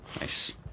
Nice